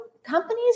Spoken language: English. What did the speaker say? companies